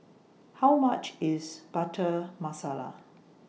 How much IS Butter Masala